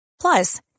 Plus